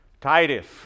Titus